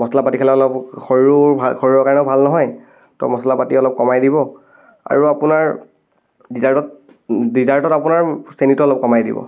মছলা পাতি খালে অলপ শৰীৰৰ কাৰণেও ভাল নহয় তো মছলা পাতি অলপ কমাই দিব আৰু আপোনাৰ ডিজাৰ্টত ডিজাৰ্টত আপোনাৰ চেনীটো অলপ কমাই দিব